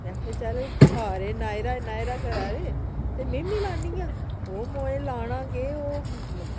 में आक्खेआ चल सारें नायरा नायरा करा दे ते मिम्मी लान्नी आं ओह् मोऐ लाना केह् ओह्